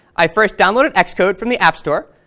i first downloaded xcode from the app store,